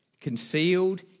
Concealed